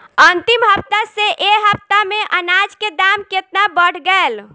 अंतिम हफ्ता से ए हफ्ता मे अनाज के दाम केतना बढ़ गएल?